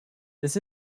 this